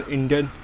Indian